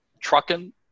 trucking